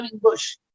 bush